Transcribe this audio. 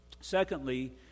Secondly